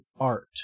art